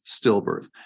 stillbirth